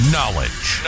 Knowledge